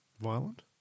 Violent